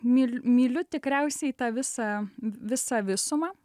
myl myliu tikriausiai tą visą visą visumą